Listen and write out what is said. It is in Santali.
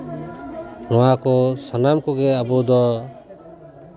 ᱱᱚᱣᱟ ᱠᱚ ᱥᱟᱱᱟᱢ ᱠᱚᱜᱮ ᱟᱵᱚ ᱫᱚ